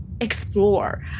explore